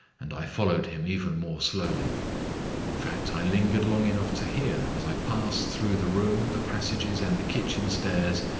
and i followed him even more slowly in fact, i lingered long enough to hear, as i passed through the room, the passages and the kitchen stairs,